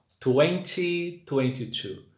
2022